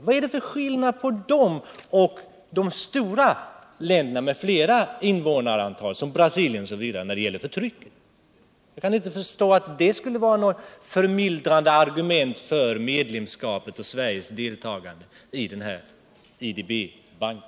Vad är det för skillnad när det gäller förtrycket mellan dem och de stora länderna med ett större invånarantal? Jag kan inte förstå att det förhållandet att det rör sig om små och fattiga länder skulle utgöra något förmildrande argument för medlemskapet och Sveriges deltagande i IDB-banken.